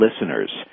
listeners